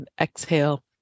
Exhale